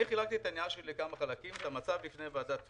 אני חילקתי את הנייר שלי לכמה חלקים: המצב לפני ועדת פריש,